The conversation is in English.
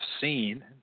seen